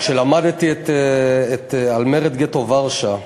כשלמדתי על מרד גטו ורשה,